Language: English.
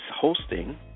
hosting